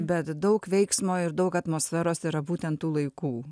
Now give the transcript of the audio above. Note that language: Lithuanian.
bet daug veiksmo ir daug atmosferos yra būtent tų laikų